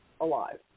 alive